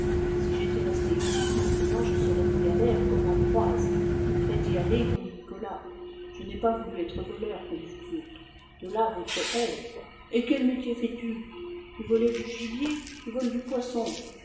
si j'étais resté ici maintenant je serais aux galères comme ambroise ou près d'y aller comme nicolas je n'ai pas voulu être voleur comme vous autres de là votre haine et quel métier fais-tu tu volais du gibier tu voles du poisson